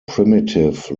primitive